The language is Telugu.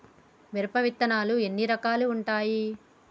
మిరప విత్తనాలు ఎన్ని రకాలు ఉంటాయి?